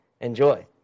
Enjoy